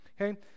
Okay